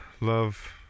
love